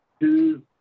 two